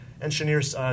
Engineers